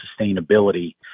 sustainability